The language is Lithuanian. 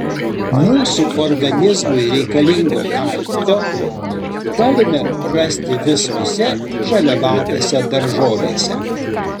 mūsų organizmui reikalingo kalcio galime rasti visose žalialapėse daržovėse